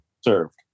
served